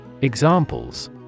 Examples